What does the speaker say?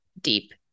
deep